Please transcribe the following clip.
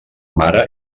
mare